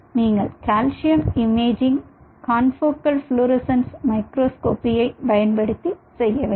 நீங்கள் calcium imaging confocal fluorescence மைக்ரோஸ்கோபியைப் பயன்படுத்தி செய்ய வேண்டும்